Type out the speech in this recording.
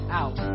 out